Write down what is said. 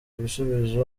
ibisubizo